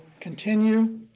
continue